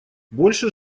больше